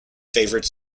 favourite